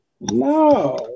no